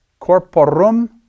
corporum